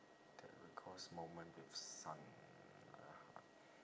that would cost moment with